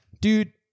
dude